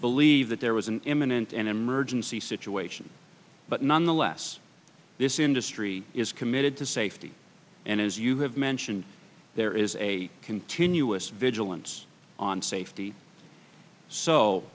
believe that there was an imminent an emergency situation but nonetheless this industry is committed to safety and as you have mentioned there is a continuous vigilance on safety so